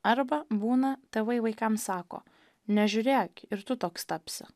arba būna tėvai vaikams sako nežiūrėk ir tu toks tapsi